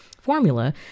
formula